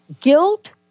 guilt